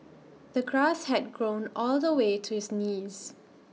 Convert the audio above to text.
the grass had grown all the way to his knees